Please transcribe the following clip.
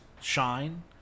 shine